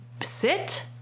sit